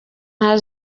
nta